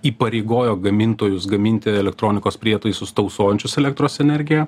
įpareigojo gamintojus gaminti elektronikos prietaisus tausojančius elektros energiją